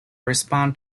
response